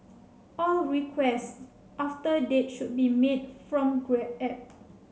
all requests after that date should be made from Grab app